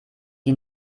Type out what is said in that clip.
die